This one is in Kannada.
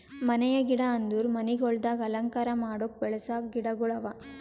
ಮನೆಯ ಗಿಡ ಅಂದುರ್ ಮನಿಗೊಳ್ದಾಗ್ ಅಲಂಕಾರ ಮಾಡುಕ್ ಬೆಳಸ ಗಿಡಗೊಳ್ ಅವಾ